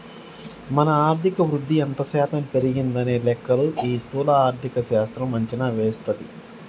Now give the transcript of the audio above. మన ఆర్థిక వృద్ధి ఎంత శాతం పెరిగిందనే లెక్కలు ఈ స్థూల ఆర్థిక శాస్త్రం అంచనా వేస్తది